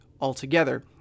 altogether